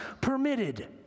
permitted